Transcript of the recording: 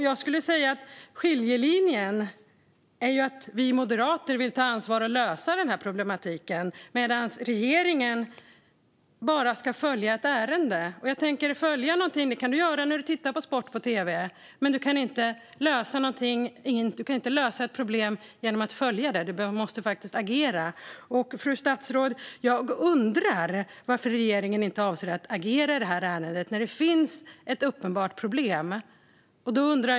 Jag skulle vilja säga att skiljelinjen är att vi moderater vill ta ansvar och lösa den här problematiken, medan regeringen bara ska följa ett ärende. Att följa någonting kan man göra när man tittar på sport på tv, men man kan inte lösa ett problem genom att följa det. Man måste faktiskt agera. Fru statsråd! Jag undrar varför regeringen inte avser att agera i det här ärendet när det finns ett uppenbart problem.